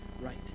right